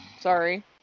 Sorry